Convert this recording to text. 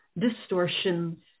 distortions